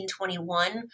1921